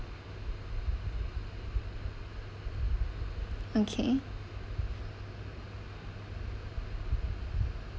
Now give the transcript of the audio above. okay